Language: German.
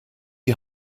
die